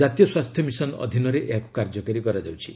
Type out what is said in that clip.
ଜାତୀୟ ସ୍ୱାସ୍ଥ୍ୟ ମିଶନ୍ ଅଧୀନରେ ଏହାକ୍ କାର୍ଯ୍ୟକାରୀ କରାଯାଉଛି